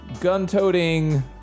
gun-toting